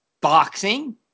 boxing